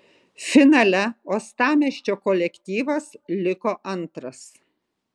finale uostamiesčio kolektyvas liko antras